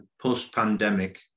Post-pandemic